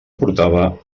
portava